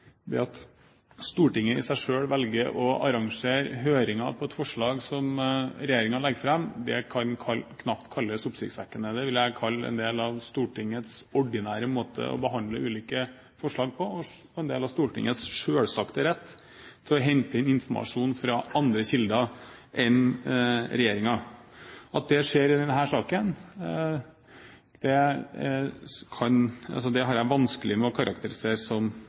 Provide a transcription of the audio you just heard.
det at Stortinget i seg selv velger å arrangere høringer på et forslag som regjeringen legger fram, kan knapt kalles oppsiktsvekkende. Det vil jeg kalle en del av Stortingets ordinære måte å behandle ulike forslag på, og en del av Stortingets selvsagte rett til å hente inn informasjon fra andre kilder enn regjeringen. At det skjer i denne saken, har jeg vanskelig for å karakterisere som